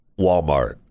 walmart